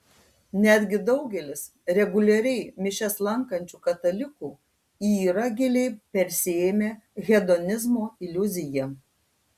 netgi daugelis reguliariai mišias lankančių katalikų yra giliai persiėmę hedonizmo iliuzija